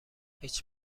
هیچ